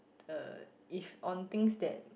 uh if on things that